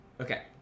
Okay